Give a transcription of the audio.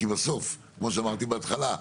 כי בסוף כמו שאמרתי בהתחלה,